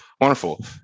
Wonderful